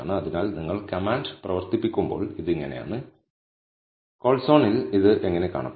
അതിനാൽ നിങ്ങൾ കമാൻഡ് പ്രവർത്തിപ്പിക്കുമ്പോൾ ഇത് ഇങ്ങനെയാണ് കോൾസോണിൽ ഇത് എങ്ങനെ കാണപ്പെടും